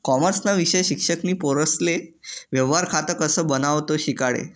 कॉमर्सना विषय शिक्षक नी पोरेसले व्यवहार खातं कसं बनावो ते शिकाडं